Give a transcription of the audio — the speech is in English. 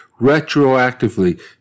retroactively